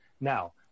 Now